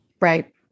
Right